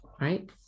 Right